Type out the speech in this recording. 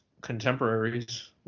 contemporaries